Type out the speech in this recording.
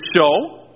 show